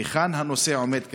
1. היכן הנושא עומד כיום?